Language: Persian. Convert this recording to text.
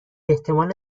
احتمال